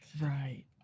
Right